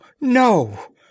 no